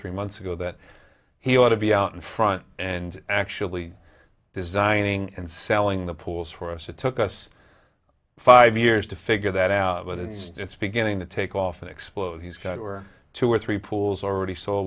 three months ago that he ought to be out in front and actually designing and selling the pools for us it took us five years to figure that out but it's just it's beginning to take off and explode he's got or two or three pools already s